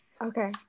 Okay